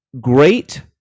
great